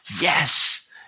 yes